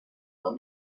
will